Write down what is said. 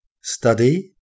Study